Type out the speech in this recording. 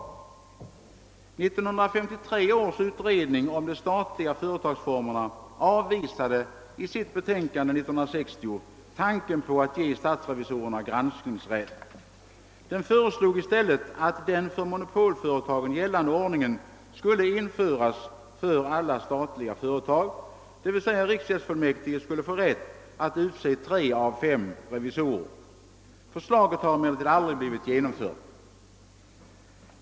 1953 års utredning om de statliga företagsformerna avvisade i sitt år 1960 avgivna betänkande tanken på att ge statsrevisorerna granskningsrätt. Den föreslog i stället att den för monopolföretagen gällande ordningen skulle införas för alla statliga företag, d. v. s. att riksgäldsfullmäktige skulle få rätt att utse tre av fem revisorer. Förslaget har emellertid aldrig blivit genomfört.